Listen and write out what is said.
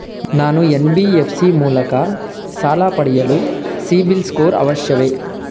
ನಾನು ಎನ್.ಬಿ.ಎಫ್.ಸಿ ಮೂಲಕ ಸಾಲ ಪಡೆಯಲು ಸಿಬಿಲ್ ಸ್ಕೋರ್ ಅವಶ್ಯವೇ?